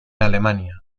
alemania